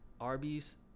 Arby's